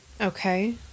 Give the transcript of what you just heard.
okay